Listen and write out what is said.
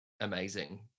amazing